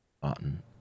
button